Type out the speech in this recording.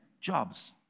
jobs